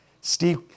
Steve